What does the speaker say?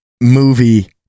movie